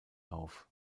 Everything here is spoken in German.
auf